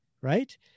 right